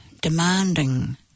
demanding